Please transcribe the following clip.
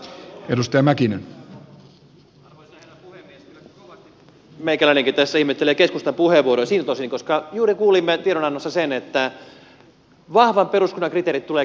kyllä kovasti meikäläinenkin tässä ihmettelee keskustan puheenvuoroa siltä osin koska juuri kuulimme tiedonannossa sen että vahvan peruskunnan kriteerit tulevat kesäkuussa